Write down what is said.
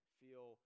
feel